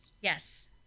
Yes